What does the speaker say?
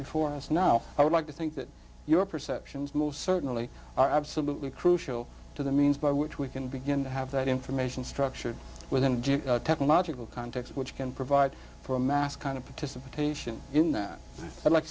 before us now i would like to think that your perceptions most certainly are absolutely crucial to the means by which we can begin to have that information structure within a technological context which can provide for a mass kind of participation in that i'd like